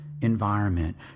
environment